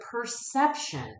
perception